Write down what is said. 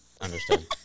Understood